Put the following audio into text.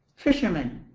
fishermen,